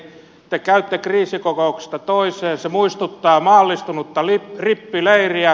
te käytte kriisikokouksesta toiseen se muistuttaa maallistunutta rippileiriä